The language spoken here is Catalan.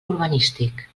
urbanístic